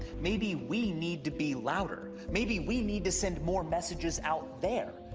maybe we need to be louder. maybe we need to send more messages out there.